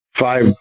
five